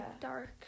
Dark